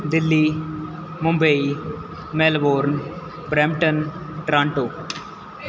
Delhi Mumbai Melbourne Brampton Toronto